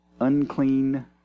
unclean